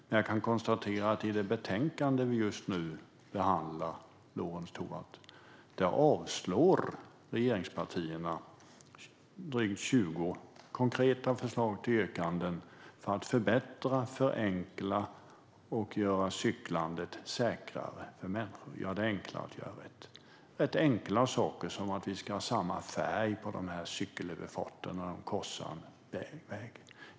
Men jag kan konstatera att i det betänkande vi just nu behandlar, Lorentz Tovatt, avslår regeringspartierna drygt 20 konkreta förslag till yrkanden om att förbättra, förenkla och göra cyklandet säkrare för människor. Vi vill göra det enklare att göra rätt. Det gäller rätt enkla saker, som att det ska vara samma färg på cykelöverfarterna när de korsar en väg.